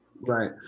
right